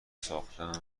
ساختم